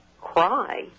cry